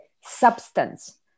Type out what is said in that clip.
substance